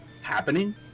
happening